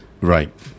Right